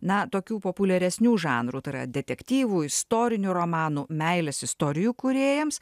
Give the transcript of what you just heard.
na tokių populiaresnių žanrų tai yra detektyvų istorinių romanų meilės istorijų kūrėjams